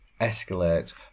escalate